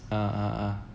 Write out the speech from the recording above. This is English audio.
ah ah ah